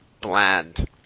bland